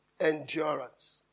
endurance